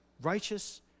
righteous